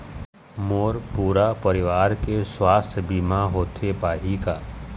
मोर पूरा परवार के सुवास्थ बीमा होथे पाही का?